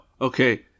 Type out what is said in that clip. Okay